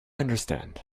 understand